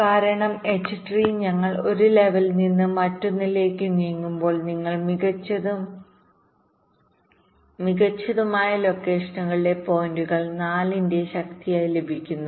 കാരണം H tree ഞങ്ങൾ ഒരു ലെവലിൽ നിന്ന് മറ്റൊന്നിലേക്ക് നീങ്ങുമ്പോൾ നിങ്ങൾക്ക് മികച്ചതും മികച്ചതും മികച്ചതുമായ ലൊക്കേഷനുകളുടെ പോയിന്റുകൾ 4 ന്റെ ശക്തിയായി ലഭിക്കുന്നു